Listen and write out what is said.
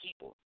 people